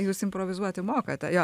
jūs improvizuoti mokate jo